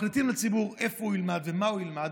מחליטים לציבור איפה הוא ילמד ומה הוא ילמד,